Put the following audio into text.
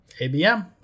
ABM